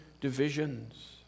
divisions